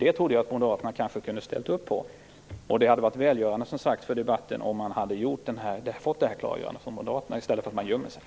Detta trodde jag att moderaterna kanske kunde ha ställt sig bakom. Det hade, som sagt, varit välgörande för debatten om moderaterna hade gjort detta klargörande i stället för att gömma sig.